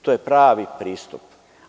To je pravi pristup.